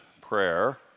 prayer